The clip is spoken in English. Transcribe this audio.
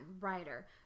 Writer